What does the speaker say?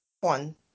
one